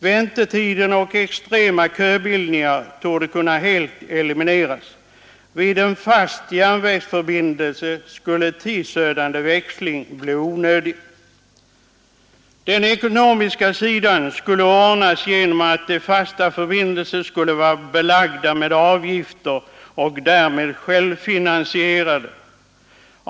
Väntetid och extrema köbildningar torde helt kunna elimineras. Vid en fast järnvägsförbindelse skulle tidsödande växling bli onödig. Den ekonomiska sidan skulle ordnas genom att de fasta förbindelserna skulle vara belagda med avgifter och därmed självfinansierande.